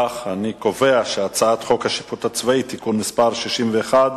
ההצעה להעביר את הצעת חוק השיפוט הצבאי (תיקון מס' 61)